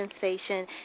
sensation